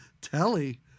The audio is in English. Telly